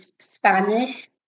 Spanish